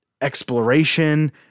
exploration